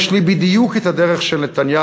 יש לי בדיוק את הדרך של נתניהו,